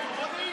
אלקטרונית?